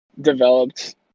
developed